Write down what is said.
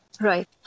Right